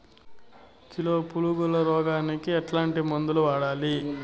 Kilo పులుగుల రోగానికి ఎట్లాంటి మందులు వాడాలి?